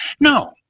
No